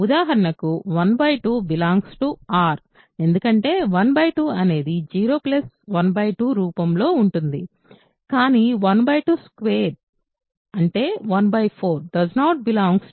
ఉదాహరణ 1 2 R ఎందుకంటే 1 2 అనేది 0 1 2 రూపంలో ఉంటుంది కానీ 122 స్క్వేర్డ్ అంటే 1 4 R